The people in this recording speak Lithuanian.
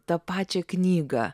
tą pačią knygą